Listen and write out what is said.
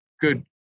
good